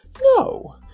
No